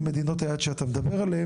עם מדינות היעד שעליהן אתה מדבר.